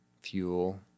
fuel